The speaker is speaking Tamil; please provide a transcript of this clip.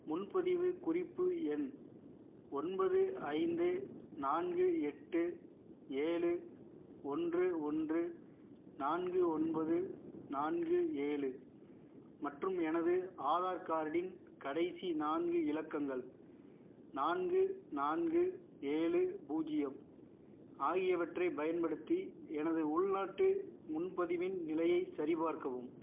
முன்பதிவு குறிப்பு எண் ஒன்பது ஐந்து நான்கு எட்டு ஏழு ஒன்று ஒன்று நான்கு ஒன்பது நான்கு ஏழு மற்றும் எனது ஆதார் கார்டின் கடைசி நான்கு இலக்கங்கள் நான்கு நான்கு ஏழு பூஜ்யம் ஆகியவற்றைப் பயன்படுத்தி எனது உள்நாட்டு முன்பதிவின் நிலையைச் சரிபார்க்கவும்